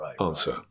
Answer